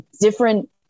different